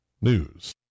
News